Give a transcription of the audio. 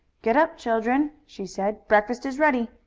get up, children, she said. breakfast is ready.